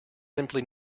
simply